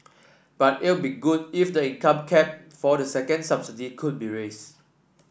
but it'd be good if the income cap for the second subsidy could be raised